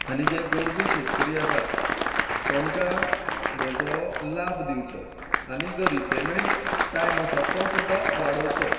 आनी जे गरजू शेतकरी आसात तांकां हाचो लाभ दिवचो आनी जो रिपॅमेंट टायम आसा तो सुद्दां वाडोवचो